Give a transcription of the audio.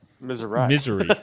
Misery